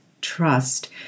trust